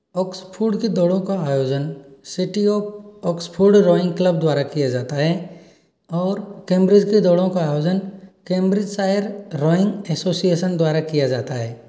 Oxford की दौड़ों का आयोजन city of Oxford rowing club द्वारा किया जाता है और कैम्ब्रिज की दौड़ों का आयोजन कैम्ब्रिजशायर रोइंग एसोसिएशन द्वारा किया जाता है